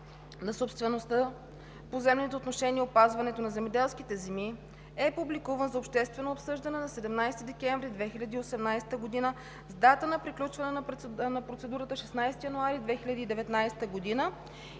за собствеността, поземлените отношения и опазването на земеделските земи е публикуван за обществено обсъждане на 17 декември 2018 г. с дата на приключване на процедурата 16 януари 2019 г.